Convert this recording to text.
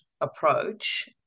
approach